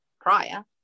prior